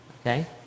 Okay